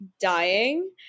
dying